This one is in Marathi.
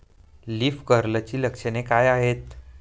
लीफ कर्लची लक्षणे काय आहेत?